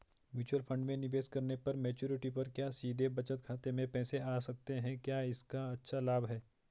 Mutual fund में निवेश करने पर मैच्योरिटी पर क्या सीधे बचत खाते में पैसे आ सकते हैं क्या इसका अच्छा लाभ है?